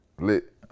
Lit